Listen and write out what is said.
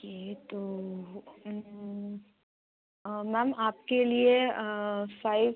ये तो मैम आपके लिए साइज़